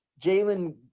Jalen